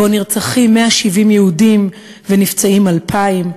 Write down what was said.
שבו נרצחים 170 יהודים ונפצעים 2,000,